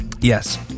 Yes